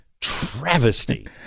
Travesty